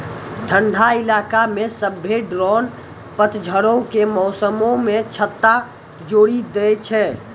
ठंडा इलाका मे सभ्भे ड्रोन पतझड़ो के मौसमो मे छत्ता छोड़ि दै छै